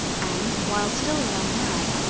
and, while still a young man,